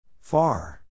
far